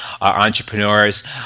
entrepreneurs